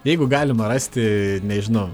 jeigu galima rasti nežinau